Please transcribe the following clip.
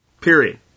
Period